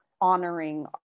honoring